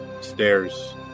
stairs